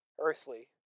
earthly